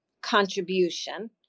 contribution